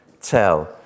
tell